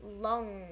long